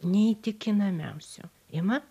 neįtikinamiausiu ima